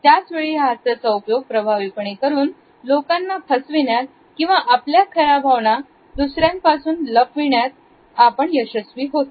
त्याचवेळी या हास्याचा उपयोग प्रभावीपणे करून लोकांना फसविण्यात किंवा आपल्या खऱ्या भावना समजण्या पासून रोखण्यात सुद्धा करता येतो